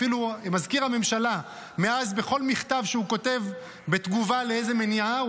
אפילו מזכיר הממשלה מאז בכל מכתב שהוא כותב בתגובה לאיזה מניעה,